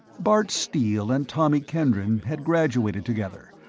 bart steele and tommy kendron had graduated together,